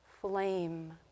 flame